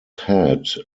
had